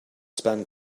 spend